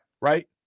right